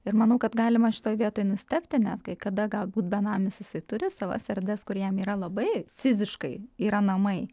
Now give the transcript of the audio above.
ir manau kad galima šitoj vietoj nustebti net kai kada galbūt benamis jisai turi savas erdves kur jam yra labai fiziškai yra namai